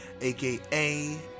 aka